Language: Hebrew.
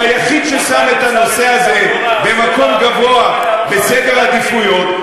הוא היחיד ששם את הנושא הזה במקום גבוה בסדר העדיפויות.